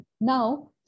Now